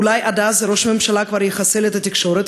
אולי עד אז ראש הממשלה כבר יחסל את התקשורת,